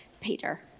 Peter